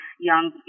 young